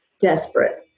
desperate